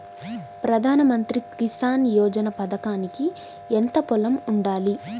ప్రధాన మంత్రి కిసాన్ యోజన పథకానికి ఎంత పొలం ఉండాలి?